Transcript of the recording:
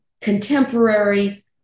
Contemporary